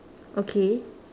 okay